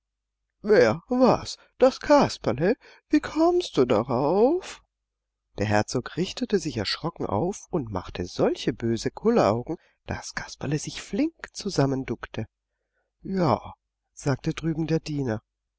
wer was das kasperle wie kommst du darauf der herzog richtete sich erschrocken auf und machte solche böse kulleraugen daß kasperle sich flink zusammenduckte ja sagte drüben der diener